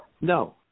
No